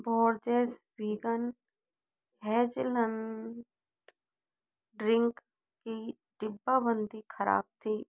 Borges vegan hazelnut drink की डिब्बाबंदी खराब थी